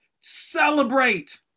celebrate